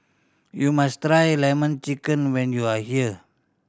you must try Lemon Chicken when you are here